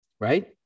right